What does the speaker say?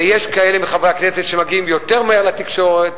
יש כאלה מחברי הכנסת שמגיעים יותר מהר לתקשורת,